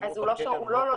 אז הוא לא לוקח נפח נוסף.